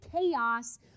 chaos